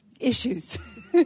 issues